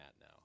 now